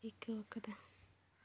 ᱟᱹᱭᱠᱟᱹᱣ ᱟᱠᱟᱫᱟ